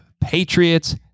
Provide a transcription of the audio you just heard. Patriots